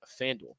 FanDuel